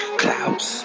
clouds